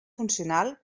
funcional